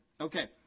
Okay